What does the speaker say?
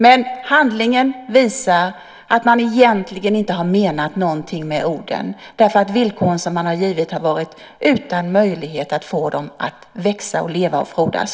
Men handlingarna visar att man egentligen inte har menat någonting med orden. De villkor som man har givit har inte givit någon möjlighet för företagen att växa, leva och frodas.